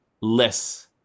less